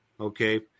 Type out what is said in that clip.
Okay